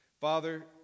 Father